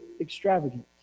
extravagant